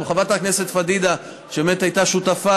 חברת הכנסת פדידה באמת הייתה שותפה